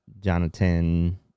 Jonathan